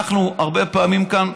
אנחנו הרבה פעמים כאן,